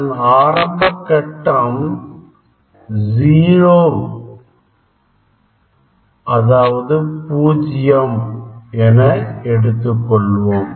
அதன் ஆரம்பக் கட்டம் 0 என எடுத்துக் கொள்வோம்